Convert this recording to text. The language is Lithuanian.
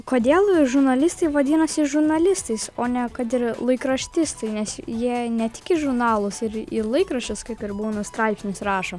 kodėl žurnalistai vadinasi žurnalistais o ne kad ir laikraštistai nes jie ne tik į žurnalus ir į laikraščius kaip ir būna straipsnius rašo